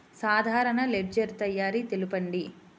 సాధారణ లెడ్జెర్ తయారి తెలుపండి?